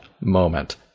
moment